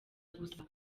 gusa